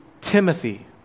Timothy